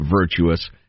virtuous